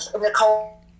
Nicole